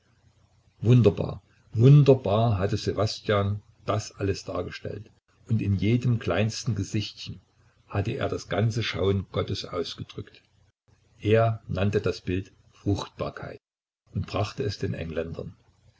wunderbar wunderbar hatte ssewastjan das alles dargestellt und in jedem kleinsten gesichtchen hatte er das ganze schauen gottes ausgedrückt er nannte das bild fruchtbarkeit und brachte es den engländern